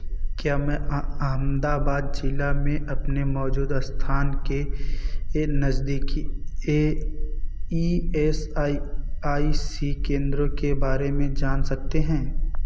क्या मैं अहमदाबाद जिला में अपने मौजूदा स्थान के ए नज़दीकी A E S I I C केंद्रों के बारे में जान सकते हैं